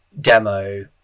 demo